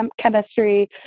chemistry